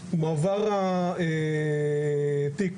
אחרת, ממש עבירה על חוק צער בעלי